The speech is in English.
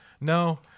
No